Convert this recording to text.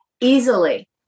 easily